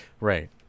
right